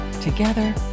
Together